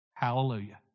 Hallelujah